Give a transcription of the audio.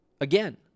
Again